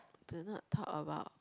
do not talk about